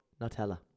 Nutella